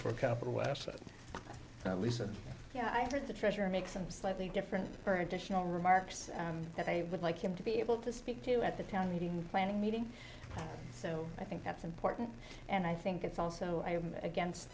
for capital asset lease and yeah i think the treasurer makes him slightly different or additional remarks that i would like him to be able to speak to at the town meeting planning meeting so i think that's important and i think it's also i am against